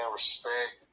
respect